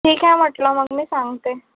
ठीक आहे म्हटलं मग मी सांगते